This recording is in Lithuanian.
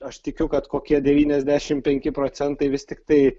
aš tikiu kad kokie devyniasdešim penki procentai vis tiktai